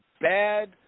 bad